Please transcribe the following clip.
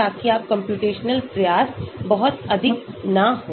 ताकि आपका कम्प्यूटेशनल प्रयास बहुत अधिक न हो